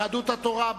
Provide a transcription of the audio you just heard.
יהדות התורה,